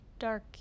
dark